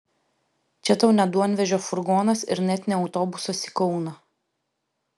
čia tau ne duonvežio furgonas ir net ne autobusas į kauną